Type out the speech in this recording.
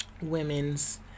women's